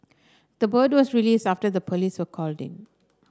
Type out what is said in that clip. the bird was released after the police were called in